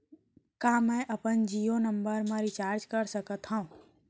का मैं अपन जीयो नंबर म रिचार्ज कर सकथव?